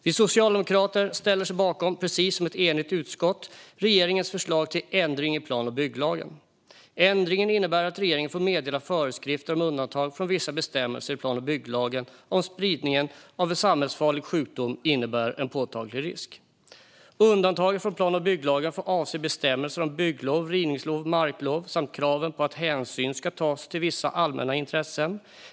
Vi socialdemokrater ställer oss bakom, precis som ett enigt utskott, regeringens förslag till ändring i plan och bygglagen. Ändringen innebär att regeringen får meddela föreskrifter om undantag från vissa bestämmelser i plan och bygglagen om spridningen av en samhällsfarlig sjukdom innebär en påtaglig risk. Undantagen från plan och bygglagen får avse bestämmelser om bygglov, rivningslov och marklov samt kraven på att hänsyn ska tas till vissa allmänna intressen.